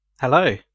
Hello